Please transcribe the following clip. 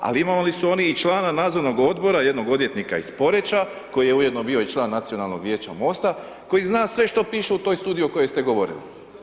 Ali imali su oni i člana Nadzornog odbora jednog odvjetnika iz Poreča koji je ujedno bio i član Nacionalnog vijeća Mosta koji zna sve što piše u toj studiji o kojoj ste govorili.